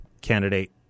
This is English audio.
candidate